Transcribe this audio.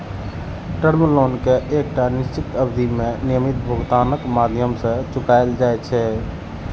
term loan कें एकटा निश्चित अवधि मे नियमित भुगतानक माध्यम सं चुकाएल जाइ छै